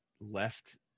left